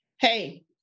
Hey